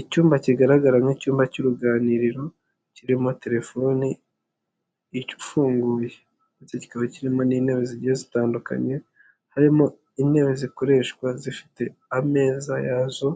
Icyumba kigaragara nk'icyumba cy'uruganiriro, kirimo terefoni, ifunguye ndetse kikaba kirimo n'intebe zigiye zitandukanye, harimo intebe zikoreshwa zifite ameza yazo